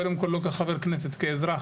קודם כול לא כחבר כנסת, כאזרח.